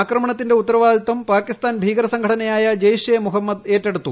ആക്രമണത്തിന്റെ ഉത്തരവാദിത്തം പാകിസ്താൻ ഭീകരസംഘടനയായ ജെയ്ഷെ മു ഹമ്മദ് ഏറ്റെടുത്തു